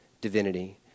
divinity